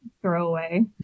throwaway